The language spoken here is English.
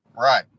Right